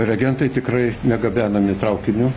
reagentai tikrai negabenami traukiniu